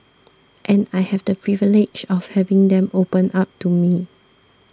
and I have the privilege of having them open up to me